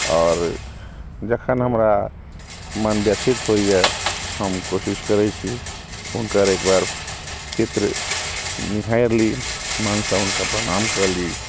आओर जखन हमरा मन व्यथित होइए हम कोशिश करै छी हुनकर एकबार चित्र निहारि ली मनसँ हुनका प्रणाम कऽ ली